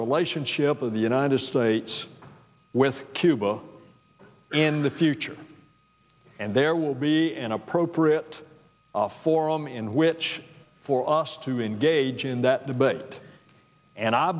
relationship of the united states with cuba in the future and there will be an appropriate forum in which for us to engage in that debate and i